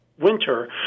winter